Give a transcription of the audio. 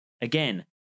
Again